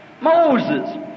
Moses